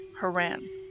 Haran